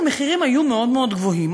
המחירים היו מאוד מאוד גבוהים.